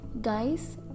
Guys